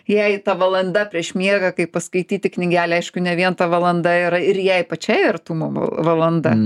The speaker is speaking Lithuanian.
jai ta valanda prieš miegą kai paskaityti knygelę aišku ne vien ta valanda yra ir jai pačiai artumo valanda